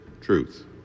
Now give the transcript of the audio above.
truth